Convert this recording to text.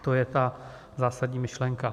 To je ta zásadní myšlenka.